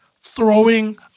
throwing